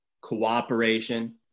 cooperation